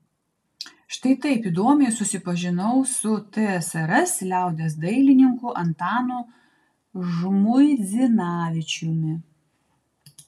štai taip įdomiai susipažinau su tsrs liaudies dailininku antanu žmuidzinavičiumi